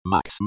Max